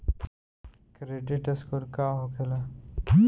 Credit score का होखेला?